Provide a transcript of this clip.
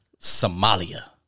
Somalia